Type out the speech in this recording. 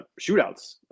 shootouts